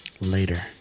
Later